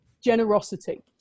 generosity